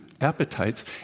appetites